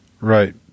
Right